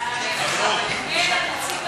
הלאומי (תיקון מס'